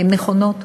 הן נכונות.